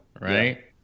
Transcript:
right